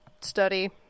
study